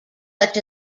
such